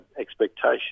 expectation